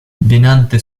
venante